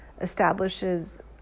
establishes